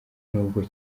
n’ubwo